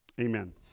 Amen